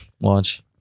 watch